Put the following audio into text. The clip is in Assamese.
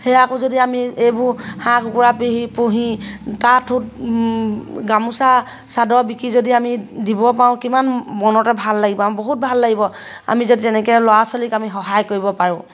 সেয়াতো যদি আমি এইবোৰ হাঁহ কুকুৰা পিহি পুহি তাঁত গামোচা চাদৰ বিকি যদি আমি দিব পাৰোঁ কিমান মনতে ভাল লাগিব আমি বহুত ভাল লাগিব আমি যদি তেনেকৈ ল'ৰা ছোৱালীক আমি সহায় কৰিব পাৰোঁ